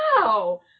wow